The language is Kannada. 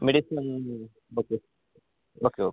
ಮೆಡಿಸಿನ್ ಬಗ್ಗೆ ಓಕೆ ಓಕೆ